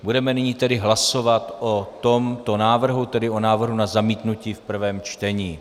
Budeme nyní tedy hlasovat o tomto návrhu, tedy o návrhu na zamítnutí v prvém čtení.